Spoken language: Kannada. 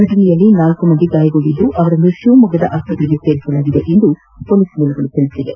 ಫಟನೆಯಲ್ಲಿ ನಾಲ್ಕು ಮಂದಿ ಗಾಯಗೊಂಡಿದ್ದು ಅವರನ್ನು ಶಿವಮೊಗ್ಗದ ಆಸ್ಪತ್ರೆಗೆ ದಾಖಲಿಸಲಾಗಿದೆ ಎಂದು ಪೊಲೀಸ್ ಮೂಲಗಳು ತಿಳಿಸಿವೆ